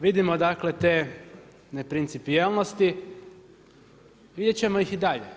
Vidimo dakle te neprincipijelnosti, vidjet ćemo ih i dalje.